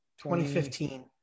2015